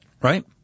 Right